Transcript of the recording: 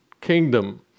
kingdom